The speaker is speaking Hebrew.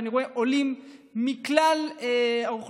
ואני רואה עולים מכלל האוכלוסייה,